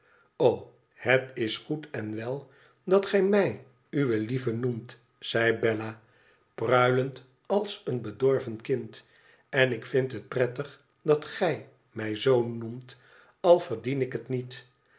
het is goed en wel dat gij mij uwe lieve noemt zei bella pruilend als een borven kind len ik vind het prettig dat gij mij zoo noemt al verdien ik het niet